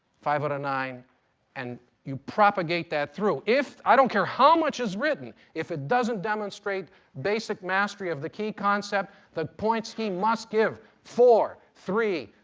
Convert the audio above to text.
five out of nine and you propagate that through. i don't care how much is written, if it doesn't demonstrate basic mastery of the key concept the point scheme must give four, three,